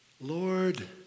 Lord